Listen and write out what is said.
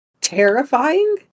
terrifying